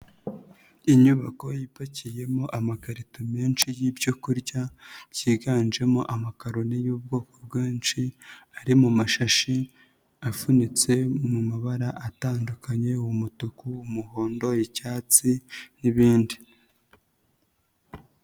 Inyubako ipakiyemo amakarito menshi y'ibyo kurya, byiganjemo amakaroni y'ubwoko bwinshi, ari mu mashashi afunitse mu mabara atandukanye umutuku, umuhondo, icyatsi n'ibindi.